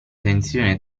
tensione